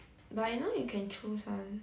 but you know you can choose one